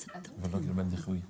כמה אגרות נגבו ביתר בתקופה הזאת